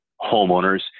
homeowners